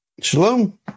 Shalom